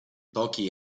pochi